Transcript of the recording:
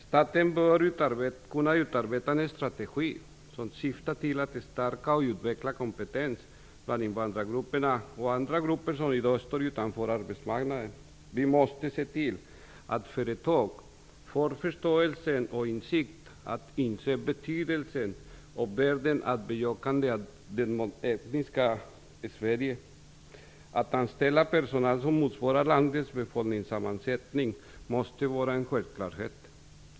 Staten bör kunna utarbeta en strategi som syftar till att stärka och utveckla kompetens bland invandrargrupperna och andra grupper som i dag står utanför arbetsmarknaden. Vi måste se till att företag får förståelse för och insikt om betydelsen och värdet av bejakande av det mångetniska Sverige. Att anställa personal som motsvarar landets befolkningssammansättning måste vara en självklarhet.